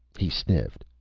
he sniffed.